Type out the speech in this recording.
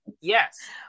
Yes